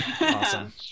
Awesome